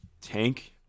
tank –